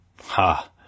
Ha